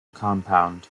compound